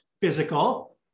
physical